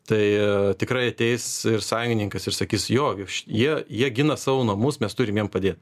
tai tikrai ateis ir sąjungininkas ir sakys jo jie jie gina savo namus mes turim jiem padėt